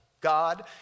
God